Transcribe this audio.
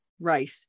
right